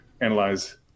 analyze